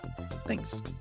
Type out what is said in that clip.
Thanks